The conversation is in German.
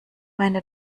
meine